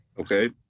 Okay